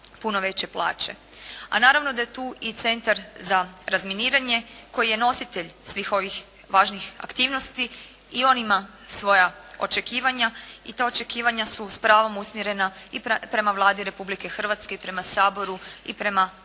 A naravno da je tu i Centar za razminiranje koji je nositelj svih ovih važnih aktivnosti i on ima svoja očekivanja i ta očekivanja su s pravom usmjerena prema Vladi Republike Hrvatske, prema Saboru i prema raznim